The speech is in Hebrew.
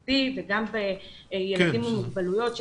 החרדי וגם בילדים עם מוגבלויות,